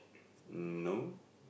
mm no